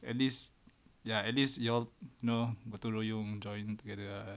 at least ya at least you all know betul-betul joining together ah